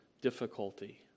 difficulty